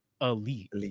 Elite